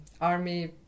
army